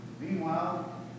Meanwhile